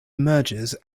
mergers